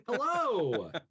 hello